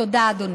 תודה, אדוני.